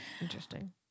Interesting